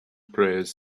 prayers